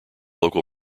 local